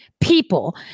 people